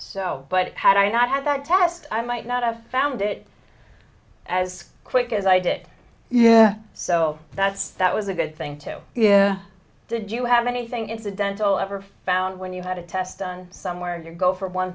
so but had i not had that test i might not have found it as quick as i did yeah so that's that was a good thing too yeah did you have anything incidental ever found when you had a test somewhere and you go for one